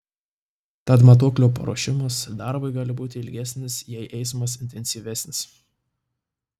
tad matuoklio paruošimas darbui gali būti ilgesnis jei eismas intensyvesnis